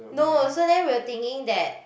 no so then we were thinking that